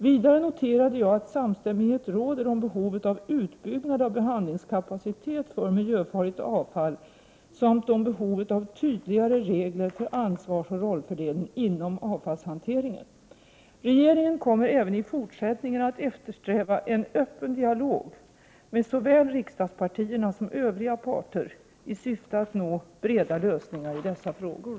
Vidare noterade jag att samstämmighet råder om behovet av utbyggnad av behandlingskapacitet för miljöfarligt avfall samt om behovet av tydligare regler för ansvarsoch rollfördelning inom avfallshanteringen. Regeringen kommer även i fortsättningen att eftersträva en öppen dialog med såväl riksdagspartierna som övriga parter i syfte att nå breda lösningar i dessa frågor.